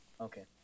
Okay